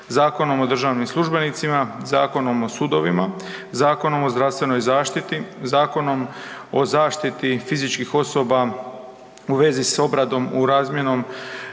Zakonom o državnim službenicima, Zakonom o sudovima, Zakonom o zdravstvenoj zaštiti, Zakonom o zaštiti fizičkih osoba u vezi s obradom u razmjenom